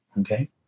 okay